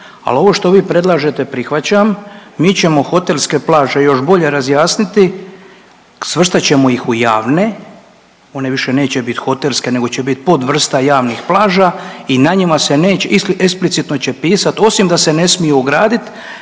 ali ovo što vi predlažete prihvaćam, mi ćemo hotelske plaže još bolje razjasniti, svrstat ćemo ih u javne, one više neće biti hotelske nego će biti podvrsta javnih plaža i na njima se neće, eksplicitno će pisat osim da se ne smiju ograditi